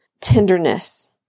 tenderness